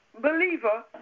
believer